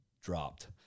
dropped